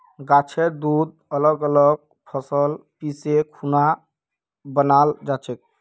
गाछेर दूध अलग अलग फसल पीसे खुना बनाल जाछेक